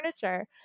furniture